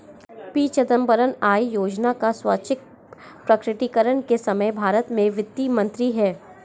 P Chidambaram आय योजना का स्वैच्छिक प्रकटीकरण के समय भारत के वित्त मंत्री थे